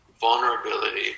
vulnerability